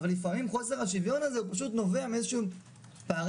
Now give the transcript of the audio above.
אבל חוסר השוויון הזה הוא פשוט נובע מאיזשהם פערי